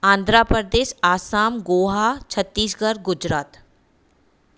Andhra Pradesh Assam Goa Chhattisgarh Gujarat